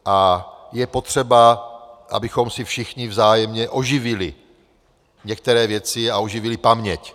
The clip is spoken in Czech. A je potřeba, abychom si všichni vzájemně oživili některé věci a oživili paměť.